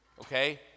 Okay